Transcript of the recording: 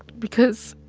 because